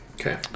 Okay